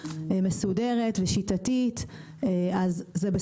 אז זה בסדר מצד אחד אבל צריך מורה נבוכים